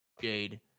Jade